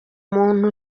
muntu